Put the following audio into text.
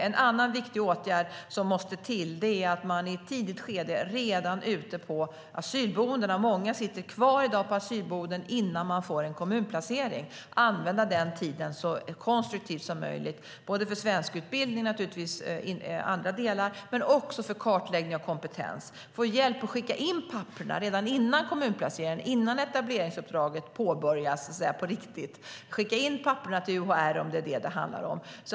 En annan viktig åtgärd som måste till är att i ett tidigt skede redan ute på asylboendena - många sitter i dag kvar på asylboenden innan de får en kommunplacering - använda tiden så konstruktivt som möjligt både för svenskutbildning, naturligtvis, och för kartläggning av kompetens. Det kan vara att få hjälp att skicka in papperen redan före kommunplaceringen och innan etableringsuppdraget påbörjas på riktigt, att skicka in papperen till UHR om det handlar om det.